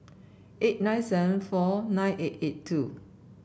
eight nine seven four nine eight eight two